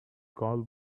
call